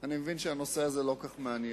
אני מבין שהנושא הזה לא כל כך מעניין,